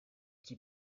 t’y